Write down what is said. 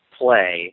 play